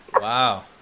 Wow